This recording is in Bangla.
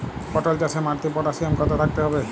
পটল চাষে মাটিতে পটাশিয়াম কত থাকতে হবে?